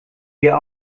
wir